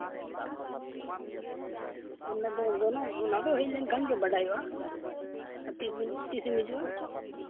ᱚᱱᱟ ᱫᱚ ᱜᱚᱱᱚᱝ ᱚᱱᱟ ᱫᱚ ᱦᱮᱡ ᱞᱮᱱᱠᱷᱟᱱ ᱜᱮ ᱵᱟᱰᱟᱭᱚᱜᱼᱟ ᱟᱨ ᱛᱤᱥ ᱵᱤᱱ ᱛᱤᱥᱮᱢ ᱦᱤᱡᱩᱜᱼᱟ